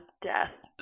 death